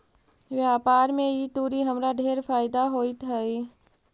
व्यापार में ई तुरी हमरा ढेर फयदा होइत हई